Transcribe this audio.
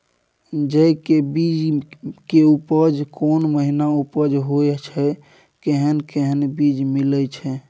जेय के बीज के उपज कोन महीना उपज होय छै कैहन कैहन बीज मिलय छै?